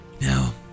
Now